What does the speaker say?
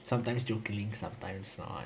sometimes jokingly sometimes not